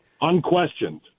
unquestioned